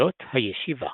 תולדות הישיבה